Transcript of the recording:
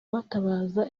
batabaza